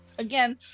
Again